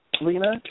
Lena